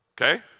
Okay